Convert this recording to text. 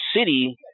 city